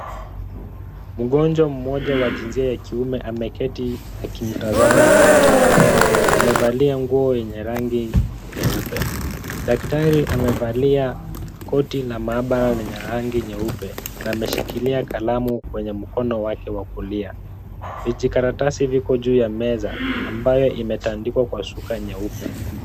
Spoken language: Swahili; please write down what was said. Mgonjwa mmoja wa jinsia ya kiume ameketi akimtazama daktari. Amevalia nguo yenye rangi nyeupe. Daktari amevalia koti la maabara lenye rangi nyeupe na ameshikilia kalamu kwenye mkono wake wa kulia. Vijikaratasi viko juu ya meza ambayo imetandikwa kwa suka nyeupe.